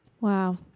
Wow